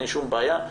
אין שום בעיה.